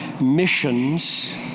missions